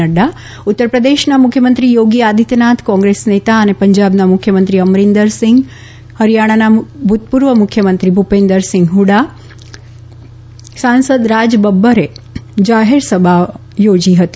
નઙા ઉત્તરપ્રદેશના મુખ્યમંત્રી યોગી આદિત્યનાથ કોંગ્રેસનેતા અને પંજાબના મુખ્યમંત્રી અમરિન્દરસિંધ હરિયાણાના ભૂતપૂર્વ મુખ્યમંત્રી ભૂપિન્દરસિંઘ હુડા સાંસજ રાજબ્બરે જાહેરસભાઓ થોજી હતી